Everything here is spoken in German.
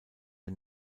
der